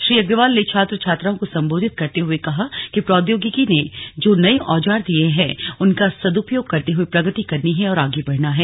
श्री अग्रवाल ने छात्र छात्राओं को संबोधित करते हुए कहा कि प्रौद्योगिकी ने जो नए औजार दिए हैं उनका सदुपयोग करते हुए प्रगति करनी है और आगे बढ़ना है